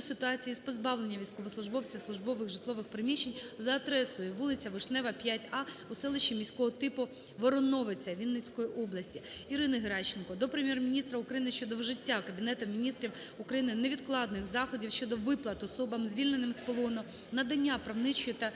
щодо ситуації з позбавлення військовослужбовців службових житлових приміщень за адресою: вулиця Вишнева, 5-А у селищі міського типуВороновиця Вінницької області. Ірини Геращенко до Прем'єр-міністра України щодо вжиття Кабінетом Міністрів України невідкладних заходів щодо виплат особам, звільненим з полону, надання правничої та